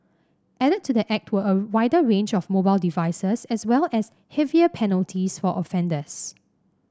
added to the act were a wider range of mobile devices as well as heavier penalties for offenders